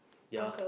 ya